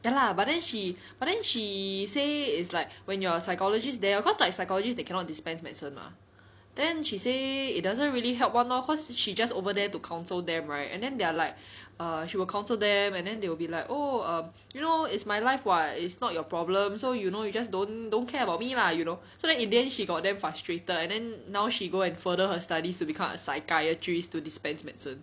ya lah but then she but then she say is like when you're a psychologist there cause like psychologist they cannot dispense medicine mah then she say it doesn't really help [one] lor cause she just over there to counsel them right and then they are like err she will counsel them and then they will be like oh um you know it's my life [what] is not your problem so you know you just don't don't care about me lah you know then in the end she got damn frustrated and then now she go and further her studies to become a psychiatrist to dispense medicine